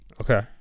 Okay